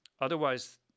otherwise